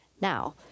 now